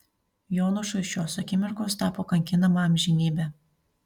jonušui šios akimirkos tapo kankinama amžinybe